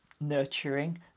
nurturing